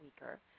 weaker